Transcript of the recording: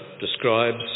describes